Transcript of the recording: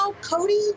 Cody